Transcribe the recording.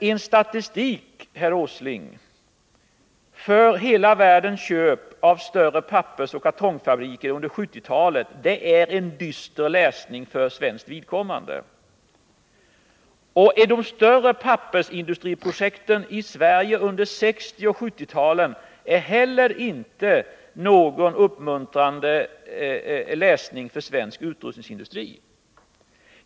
En statistik, herr Åsling, över hela världens köp av större pappersoch kartongfabriker under 1970-talet är nämligen en dyster läsning för svenskt vidkommande. Inte heller en förteckning över de större pappersindustriprojekten i Sverige under 1960 och 1970-talen är någon uppmuntrande läsning för svensk utrustningsindustri.